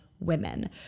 women